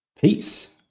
Peace